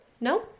No